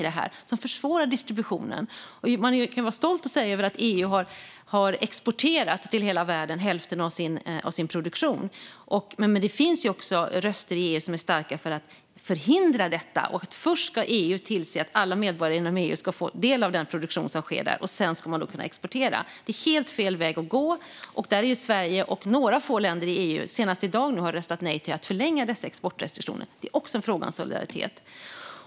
Det är också en viktig fråga. Man kan vara stolt över att EU har exporterat hälften av sin produktion till hela världen. Men det finns också starka röster i EU för att förhindra detta - först ska EU tillse att alla medborgare inom EU får del av den produktion som sker där, och sedan ska man kunna exportera. Det är helt fel väg att gå. Sverige och några få andra länder i EU har senast i dag röstat nej till att förlänga dessa exportrestriktioner. Det är också en fråga om solidaritet.